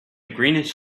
greenish